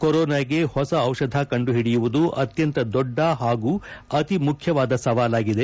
ಕೊರೊನಾಗೆ ಹೊಸ ದಿಷಧ ಕಂಡುಹಿಡಿಯುವುದು ಅತ್ಯಂತ ದೊಡ್ಡ ಹಾಗೂ ಅತಿ ಮುಖ್ಯವಾದ ಸವಾಲಾಗಿದೆ